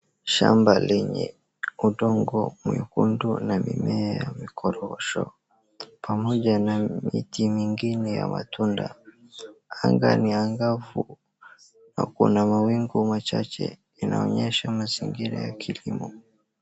Shamba lenye udongo mwekundu na mimea ya mikorosho, pamoja na miti mingine ya matunda. Anga ni angavu na kuna mawingu machache, inaonyesha mazingira ya kilimo.